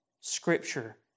Scripture